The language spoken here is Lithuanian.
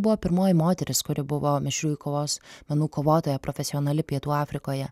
buvo pirmoji moteris kuri buvo mišriųjų kovos menų kovotoja profesionali pietų afrikoje